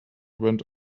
went